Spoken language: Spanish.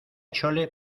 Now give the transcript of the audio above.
chole